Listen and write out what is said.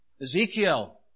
Ezekiel